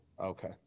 Okay